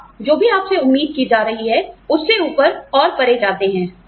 आप जो भी आपसे उम्मीद की जा रही है उससे ऊपर और परे जाते हैं